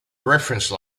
reference